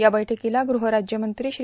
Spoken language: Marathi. या बैठकीला गृहराज्यमंत्री श्री